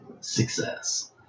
success